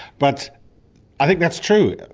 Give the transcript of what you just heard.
but i think that's true.